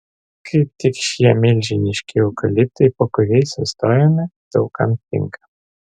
kaip tik šie milžiniški eukaliptai po kuriais sustojome daug kam tinka